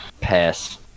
Pass